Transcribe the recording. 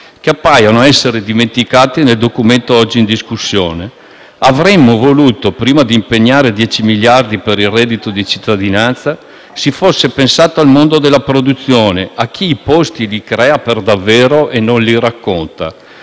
che appaiono essere dimenticati nel Documento oggi in discussione. Avremmo voluto che, prima di impegnare 10 miliardi per il reddito di cittadinanza, si fosse pensato al mondo della produzione, a chi i posti li crea per davvero e non li racconta.